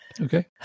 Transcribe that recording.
Okay